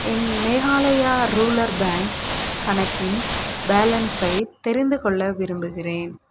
என் Meghalaya rural bank கணக்கின் பேலன்ஸை தெரிந்துகொள்ள விரும்புகிறேன்